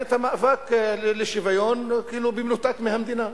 את המאבק לשוויון כאילו במנותק מהמדינה.